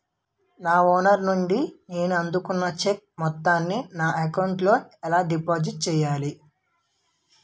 నా ఓనర్ నుండి నేను అందుకున్న చెక్కు మొత్తాన్ని నా అకౌంట్ లోఎలా డిపాజిట్ చేయాలి?